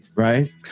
right